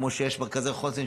כמו שיש מרכזי חוסן,